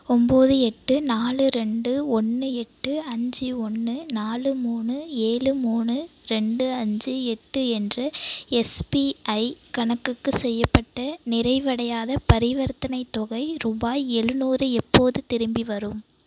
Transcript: ஒம்பது எட்டு நாலு ரெண்டு ஒன்று எட்டு அஞ்சு ஒன்று நாலு மூணு ஏழு மூணு ரெண்டு அஞ்சு எட்டு என்ற எஸ்பிஐ கணக்குக்கு செய்யப்பட்ட நிறைவடையாத பரிவர்த்தனைத் தொகை ரூபாய் எழுநூறு எப்போது திரும்பி வரும்